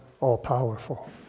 all-powerful